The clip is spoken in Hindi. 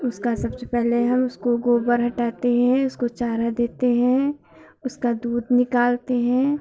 उसका सबसे पहले हम उसकाे गोबर हटाते हैं उसको चारा देते हैं उसका दूध निकालते हैं